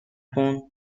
پوند